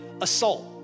assault